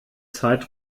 zeit